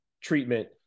treatment